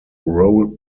role